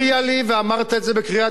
ואמרת את זה בקריאת ביניים,